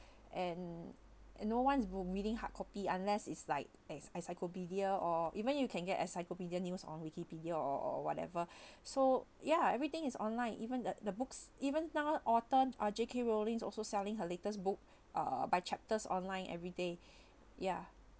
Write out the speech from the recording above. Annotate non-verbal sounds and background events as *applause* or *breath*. *breath* and no one's boom reading hard copy unless it's like as like cyclopedia or even you can get as a cyclopedia news on wikipedia or or whatever *breath* so ya everything is online even the the books even now autumn uh J_K rowling also selling her latest book uh by chapters online every day *breath* ya